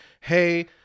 hey